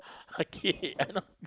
arcade I not